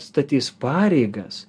statys pareigas